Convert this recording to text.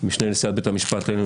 משנה לנשיאת בית המשפט העליון,